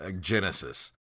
Genesis